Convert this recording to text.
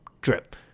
drip